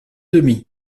demi